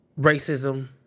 racism